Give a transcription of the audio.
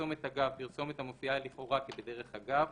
פרסומת אגב -פרסומת המופיעה לכאורה כבדרך אגב.